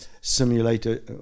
simulator